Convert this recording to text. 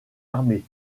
armée